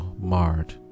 marred